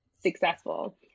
successful